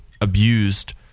abused